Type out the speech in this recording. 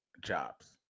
jobs